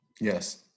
Yes